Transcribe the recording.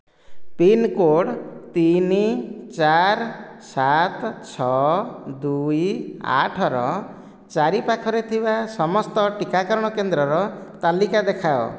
pincode ତିନି ଚାରି ସାତ ଛଅ ଦୁଇ ଆଠର ଚାରିପାଖରେ ଥିବା ସମସ୍ତ ଟିକାକରଣ କେନ୍ଦ୍ରର ତାଲିକା ଦେଖାଅ